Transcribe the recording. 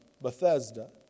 Bethesda